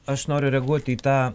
aš noriu reaguot į tą